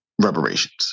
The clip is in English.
reparations